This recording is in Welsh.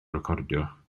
recordio